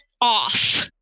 off